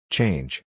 Change